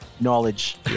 Knowledge